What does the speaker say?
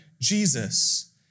Jesus